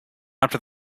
after